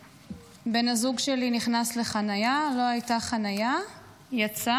בן הזוג שלי נכנס לחניה, לא הייתה חניה, והוא יצא